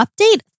Update